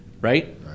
right